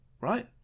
right